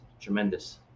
tremendous